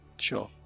Sure